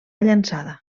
llançada